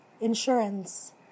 insurance